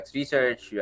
research